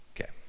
Okay